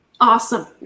Awesome